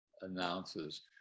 announces